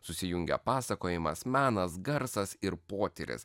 susijungia pasakojimas menas garsas ir potyris